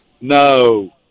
No